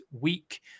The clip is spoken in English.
week